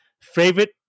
Favorite